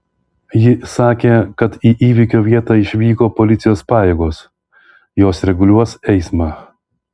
ji sakė kad į įvykio vietą išvyko policijos pajėgos jos reguliuos eismą